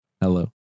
Hello